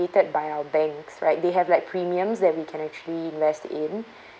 mediated by our banks right they have like premiums that we can actually invest in